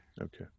Okay